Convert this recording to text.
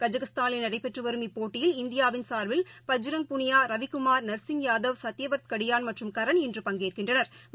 கஜகஸ்தானில் நடைபெற்றுவரும் இப்போட்டியில் இந்தியாவின் சார்பில் பஜ்ரங் புனியா ரவிக்குமார் நர்ஸிங் யாதவ் சத்யவா்த் கடியான் மற்றும் கரண் இன்று பங்கேற்கின்றனா்